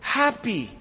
happy